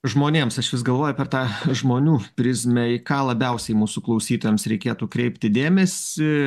žmonėms aš vis galvoju per tą žmonių prizmę į ką labiausiai mūsų klausytojams reikėtų kreipti dėmesį